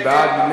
מי בעד?